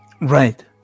Right